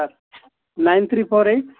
sir nine three four eight